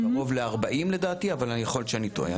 קרוב ל-40 לדעתי, אבל יכול להיות שאני טועה.